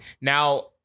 Now